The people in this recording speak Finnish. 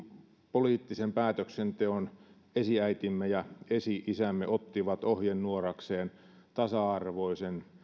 poliittisen päätöksenteon esiäitimme ja esi isämme ottivat ohjenuorakseen tasa arvoisen